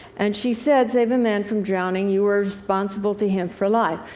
and she said, save a man from drowning, you are responsible to him for life.